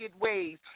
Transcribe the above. ways